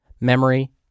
memory